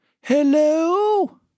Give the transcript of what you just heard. Hello